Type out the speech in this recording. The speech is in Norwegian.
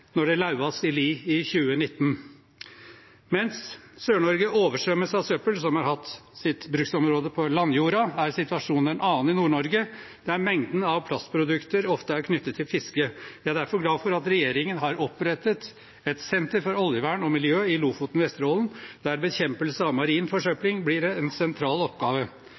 når det lauvas i li i 2019. Mens Sør-Norge oversvømmes av søppel som har hatt sitt bruksområde på landjorden, er situasjonen en annen i Nord-Norge, der mengden av plastprodukter ofte er knyttet til fiske. Jeg er derfor glad for at regjeringen har opprettet et senter for oljevern og miljø i Lofoten og Vesterålen, der bekjempelse av marin forsøpling blir en sentral oppgave.